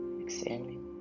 exhaling